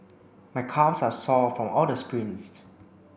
my calves are sore of all the sprints